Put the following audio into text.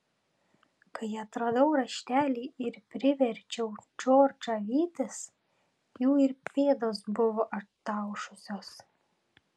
kai atradau raštelį ir priverčiau džordžą vytis jų ir pėdos buvo ataušusios